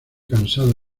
cansado